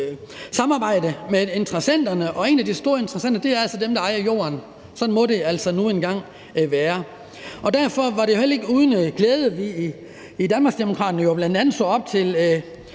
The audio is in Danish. samarbejde med interessenterne, og en af de store interessenter er altså dem, der ejer jorden. Sådan må det nu engang være. Derfor var det jo heller ikke uden glæde, at vi i Danmarksdemokraterne så på bl.a. det